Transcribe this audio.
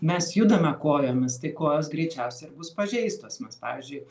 mes judame kojomis tai kojos greičiausiai ir bus pažeistos mes pavyzdžiui